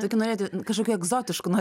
tokių norėjot kažkokių egzotiškų nor